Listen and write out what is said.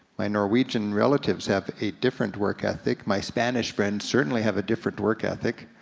my norwegian relatives have a different work ethic. my spanish friends certainly have a different work ethic.